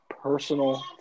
personal